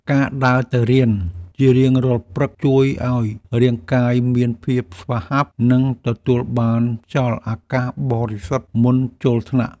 ការដើរទៅរៀនជារៀងរាល់ព្រឹកជួយឱ្យរាងកាយមានភាពស្វាហាប់ និងទទួលបានខ្យល់អាកាសបរិសុទ្ធមុនចូលថ្នាក់។